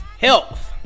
health